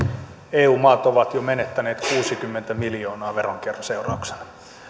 eu maat ovat jo menettäneet kuusikymmentä miljoonaa veronkierron seurauksena